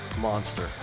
monster